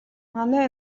манай